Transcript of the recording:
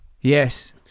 Yes